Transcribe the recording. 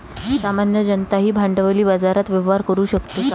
सामान्य जनताही भांडवली बाजारात व्यवहार करू शकते का?